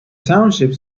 township